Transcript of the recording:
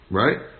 right